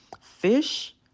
Fish